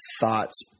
thoughts